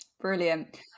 Brilliant